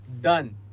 Done